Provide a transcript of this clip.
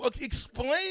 Explain